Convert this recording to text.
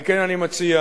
על כן אני מציע,